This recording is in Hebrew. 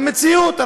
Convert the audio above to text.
אבל המציאות,